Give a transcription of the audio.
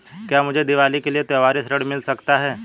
क्या मुझे दीवाली के लिए त्यौहारी ऋण मिल सकता है?